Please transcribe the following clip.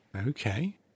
Okay